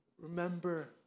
remember